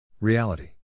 Reality